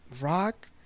rock